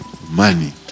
money